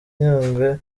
nyungwe